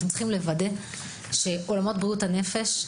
אתם צריכים לוודא את עניין עולמות בריאות הנפש,